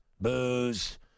booze